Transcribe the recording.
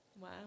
Wow